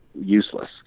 useless